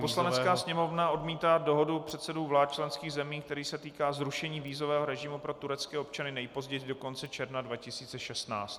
Poslanecká sněmovna odmítá dohodu předsedů vlád členských zemí, který se týká zrušení vízového režimu pro turecké občany nejpozději do konce června 2016.